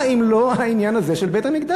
מה אם לא העניין הזה של בית-המקדש?